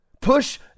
push